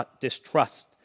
distrust